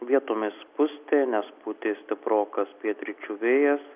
vietomis pustė nes pūtė stiprokas pietryčių vėjas